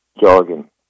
jargon